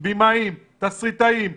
הפיילוט היה צריך להיות בחודש הראשון.